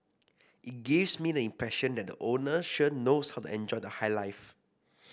it gives me the impression that the owner sure knows how to enjoy the high life